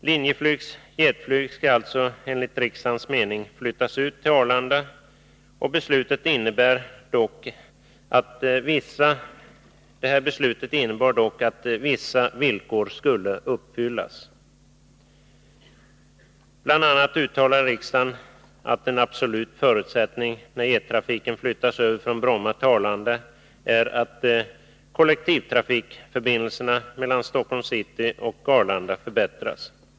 Linjeflygs jetflyg skall alltså enligt riksdagens mening flyttas ut till Arlanda. Beslutet innebar dock att vissa villkor skulle uppfyllas. Bl. a. uttalade riksdagen att en absolut förutsättning, när jettrafiken flyttas över från Bromma till Arlanda, är att kollektivtrafikförbindelserna mellan Stockholms city och Arlanda förbättras.